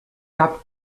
cap